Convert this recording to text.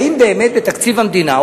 האם באמת בתקציב המדינה,